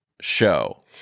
show